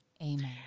Amen